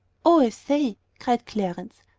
oh, i say, cried clarence,